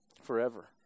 forever